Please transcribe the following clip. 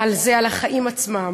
על זה כעל החיים עצמם.